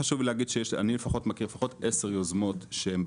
חשוב לי להגיד שאני מכיר לפחות עשר יוזמות של מתקנים מסחריים שונים,